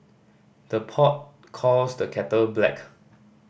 the pot calls the kettle black